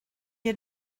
had